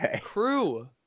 Crew